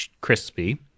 crispy